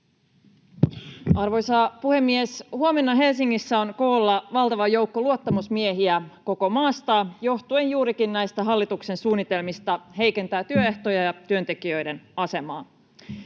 Arvoisa puhemies! Huomenna Helsingissä on koolla valtava joukko luottamusmiehiä koko maasta, johtuen juurikin hallituksen suunnitelmista heikentää työehtoja ja työntekijöiden asemaa.